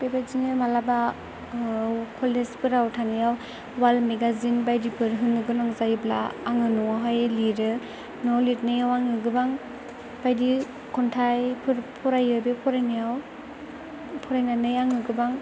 बेबायदिनो मालाबा कलेजफोराव थानायाव वाल मेगाजिन बायदिफोर होनो गोनां जायोब्ला आङो न'वावहाय लिरो न'वाव लिरनायाव आङो गोबां बायदि खन्थाइफोर फरायो बे फरायनायाव फरायनानै आङो गोबां